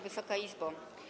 Wysoka Izbo!